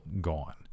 gone